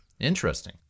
Interesting